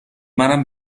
منم